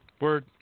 Word